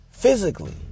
physically